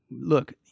Look